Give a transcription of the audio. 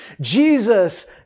Jesus